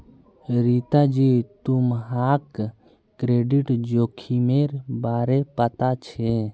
रीता जी, तुम्हाक क्रेडिट जोखिमेर बारे पता छे?